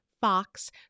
Fox